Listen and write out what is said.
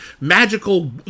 magical